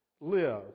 live